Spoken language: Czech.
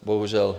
Bohužel.